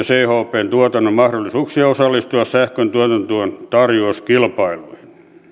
chp tuotannon mahdollisuuksia osallistua sähkön tuotantotuen tarjouskilpailuihin